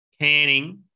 canning